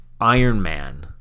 Ironman